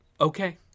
okay